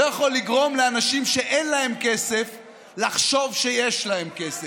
לא יכול לגרום לאנשים שאין להם כסף לחשוב שיש להם כסף.